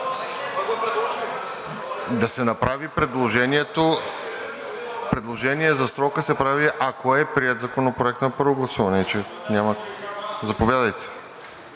Да се направи предложението. Предложение за срока се прави, ако е приет законопроекта на първо гласуване. Заповядайте.